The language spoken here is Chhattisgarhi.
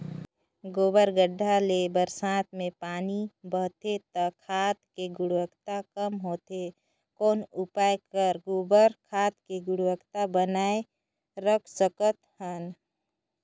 गोबर गढ्ढा ले बरसात मे पानी बहथे त खाद के गुणवत्ता कम होथे कौन उपाय कर गोबर खाद के गुणवत्ता बनाय राखे सकत हन?